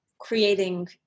creating